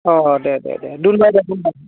अ दे दे दे दोनबाय दे दोनबाय